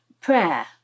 prayer